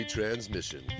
Transmission